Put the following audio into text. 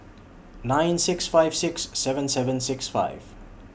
nine six five six seven seven six five